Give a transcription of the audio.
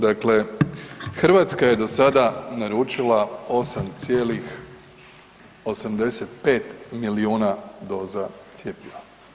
Dakle, Hrvatska je do sada naručila 8,85 milijuna doza cjepiva.